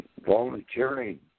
volunteering